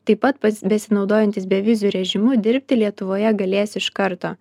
taip pat pas besinaudojantys beviziu režimu dirbti lietuvoje galės iš karto